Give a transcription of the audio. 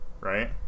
Right